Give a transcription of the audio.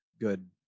good